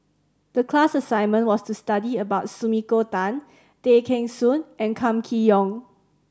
the class assignment was to study about Sumiko Tan Tay Kheng Soon and Kam Kee Yong